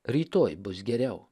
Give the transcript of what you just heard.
rytoj bus geriau